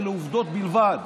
ולעובדות בלבד.